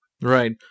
Right